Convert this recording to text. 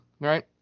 right